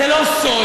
זה לא סוד,